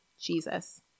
Jesus